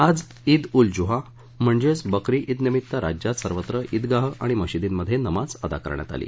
आज ईद उल जुहा म्हणजेच बकरी ईद निमित्त राज्यात सर्वत्र विगा आणि मशिदींमध्ये नमाज अदा करण्यात आली